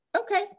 Okay